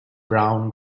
brown